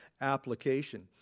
application